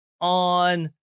on